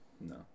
No